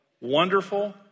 Wonderful